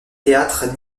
théâtre